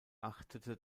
achtete